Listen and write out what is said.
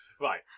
Right